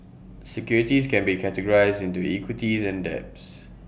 securities can be categorized into equities and debts